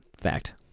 fact